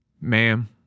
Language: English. Ma'am